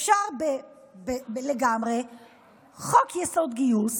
אפשר לגמרי חוק-יסוד: גיוס